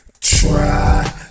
Try